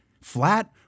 Flat